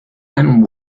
and